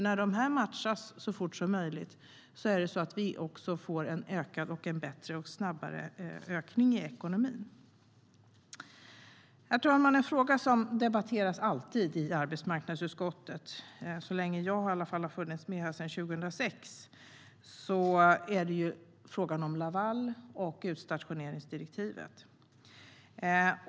När matchningen sker så fort som möjligt får vi nämligen en bättre och snabbare ökning i ekonomin. Herr talman! En fråga som alltid debatteras i arbetsmarknadsutskottet - i alla fall så länge jag har funnits med, det vill säga sedan 2006 - är frågan om Laval och utstationeringsdirektivet.